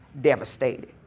devastated